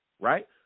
right